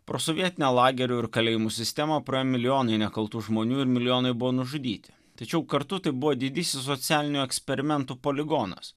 prosovietinę lagerių ir kalėjimų sistemą praėjo milijonai nekaltų žmonių ir milijonai buvo nužudyti tačiau kartu tai buvo didysis socialinių eksperimentų poligonas